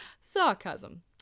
sarcasm